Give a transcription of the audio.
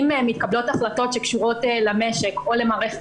אם מתקבלות החלטות שקשורות למשק או למערכת